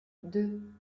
deux